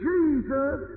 Jesus